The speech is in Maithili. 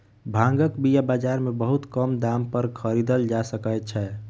भांगक बीया बाजार में बहुत कम दाम पर खरीदल जा सकै छै